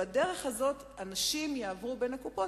בדרך הזאת אנשים יעברו בין הקופות,